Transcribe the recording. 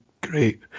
great